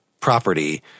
property